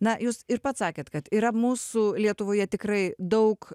na jūs ir pats sakėt kad yra mūsų lietuvoje tikrai daug